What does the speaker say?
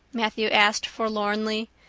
matthew asked forlornly,